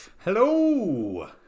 Hello